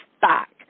back